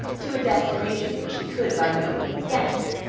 to a destination which he could by no means guess.